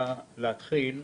במה להתחיל,